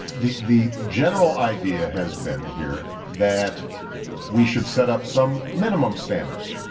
the the general idea has been here that we should set up some minimum standards